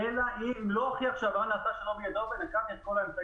יכולים להראות שהם עשו כל שניתן,